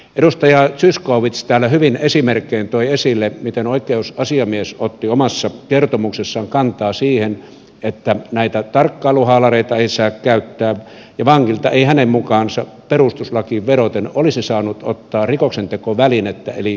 edustaja zyskowicz täällä hyvin esimerkein toi esille miten oikeusasiamies otti omassa kertomuksessaan kantaa siihen että näitä tarkkailuhaalareita ei saa käyttää ja vangilta ei hänen mukaansa perustuslakiin vedoten olisi saanut ottaa rikoksentekovälinettä eli kirjoituskonetta pois